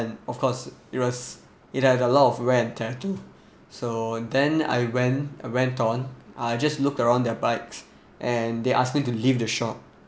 of course it was it had a lot of wear and tear too so then I went I went on I just look around their bikes and they ask me to leave the shop